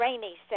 Rainy